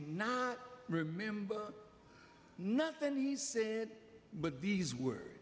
not remember nothing he said but these w